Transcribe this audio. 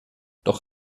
doch